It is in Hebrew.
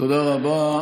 תודה רבה.